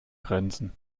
grenzen